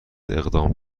اقدام